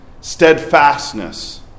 steadfastness